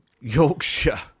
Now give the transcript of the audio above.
yorkshire